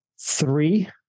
Three